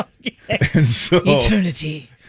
Eternity